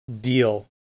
deal